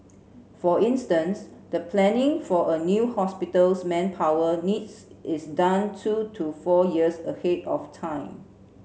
for instance the planning for a new hospital's manpower needs is done two to four years ahead of time